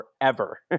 forever